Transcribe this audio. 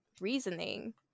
reasoning